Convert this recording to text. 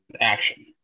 action